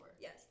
Yes